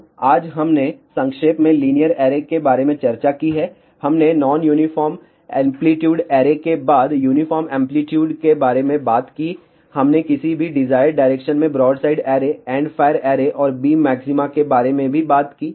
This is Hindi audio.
तो आज हमने संक्षेप में लीनियर ऐरे के बारे में चर्चा की हैं हमने नॉन यूनिफार्म एंप्लीट्यूड ऐरे के बाद यूनिफार्म एंप्लीट्यूड के बारे में बात की हमने किसी भी डिजायर्ड डायरेक्शन में ब्रॉडसाइड ऐरे एंडफ़ायर ऐरे और बीम मैक्सिमा के बारे में भी बात की